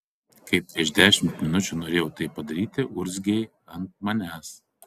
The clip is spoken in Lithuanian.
kai prieš dešimt minučių norėjau taip ir padaryti urzgei ant manęs